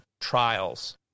trials